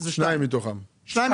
זה שתיים מתוך שש.